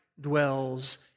dwells